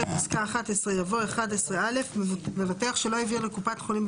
אחרי פסקה (11) יבוא: (11א) מבטח שלא העביר לקופת חולים,